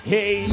Hey